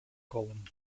column